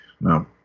no